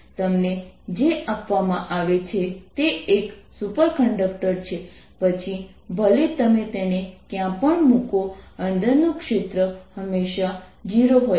તમને જે આપવામાં આવે છે તે એક સુપરકંડક્ટર છે પછી ભલે તમે તેને ક્યાં પણ મુકો અંદરનું ક્ષેત્ર હંમેશા 0 હોય છે